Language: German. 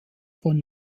von